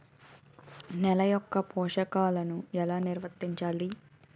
నెల యెక్క పోషకాలను ఎలా నిల్వర్తించాలి